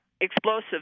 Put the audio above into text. explosives